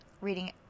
reading